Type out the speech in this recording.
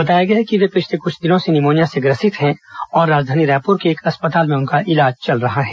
बताया गया है कि वे पिछले कुछ दिनों से निमोनिया से ग्रसित हैं और राजधानी रायपुर के एक अस्पताल में इलाज चल रहा है